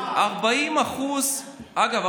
אגב,